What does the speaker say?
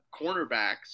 cornerbacks